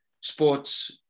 sports